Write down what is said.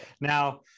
Now